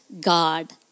God